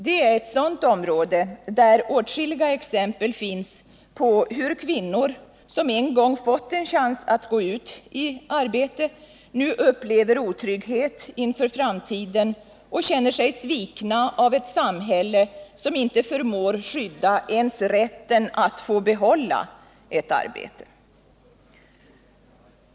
Det är ett område där det finns åtskilliga exempel på hur kvinnor, som en gång fått en chans att gå ut i arbete, nu upplever otrygghet inför framtiden och känner sig svikna av ett samhälle som inte förmår skydda ens rätten att få behålla ett arbete.